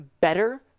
better